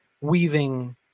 weaving